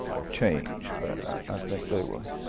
change. but i think they were